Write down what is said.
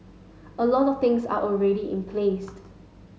a lot of things are already in placed